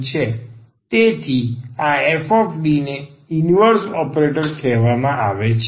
તેથી આ fD ને ઈનવર્ઝ ઓપરેટર કહેવામાં આવે છે